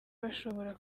bashobora